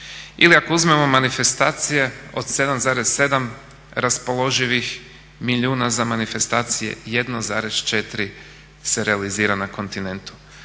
Ili ako uzmemo manifestacije od 7,7 raspoloživih milijuna za manifestacije 1,4 se realizira na kontinentu.